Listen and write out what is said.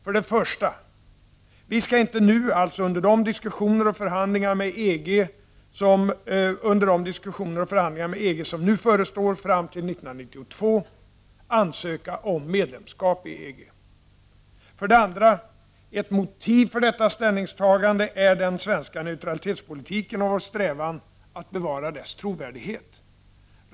För det första: Vi skall inte nu, alltså under de diskussioner och förhandlingar med EG som nu förestår fram till 1992, ansöka om medlemskap i EG. För det andra: Ett motiv för detta ställningstagande är den svenska neutralitetspolitiken och vår strävan att bevara dess trovärdighet.